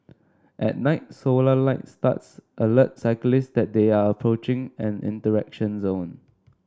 at night solar light studs alert cyclists that they are approaching an interaction zone